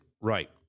Right